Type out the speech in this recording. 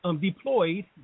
deployed